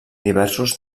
diversos